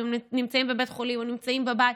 אם הם נמצאים בבית חולים או נמצאים בבית,